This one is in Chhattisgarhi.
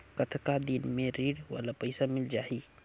कतना दिन मे ऋण वाला पइसा मिल जाहि?